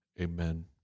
Amen